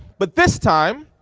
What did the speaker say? but this time